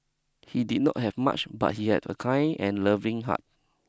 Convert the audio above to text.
he did not have much but he had a kind and loving heart